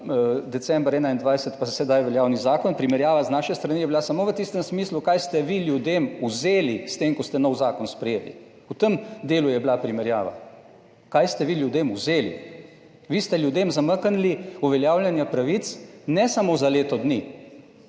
decembra 21 pa sedaj veljavni zakon, primerjava z naše strani je bila samo v tistem smislu kaj ste vi ljudem vzeli s tem, ko ste nov zakon sprejeli. V tem delu je bila primerjava, kaj ste vi ljudem vzeli. Vi ste ljudem zamaknili uveljavljanje pravic, ne samo za leto dni,